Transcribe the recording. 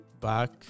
back